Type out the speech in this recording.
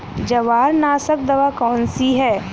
जवारनाशक दवा कौन सी है?